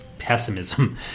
pessimism